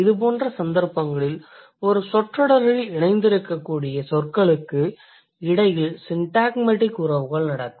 இதுபோன்ற சந்தர்ப்பங்களில் ஒரே சொற்றொடரில் இணைந்திருக்கக்கூடிய சொற்களுக்கு இடையில் சிண்டாக்மடிக் உறவுகள் நடக்கும்